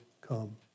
come